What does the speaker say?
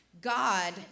God